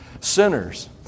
sinners